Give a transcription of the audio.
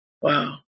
Wow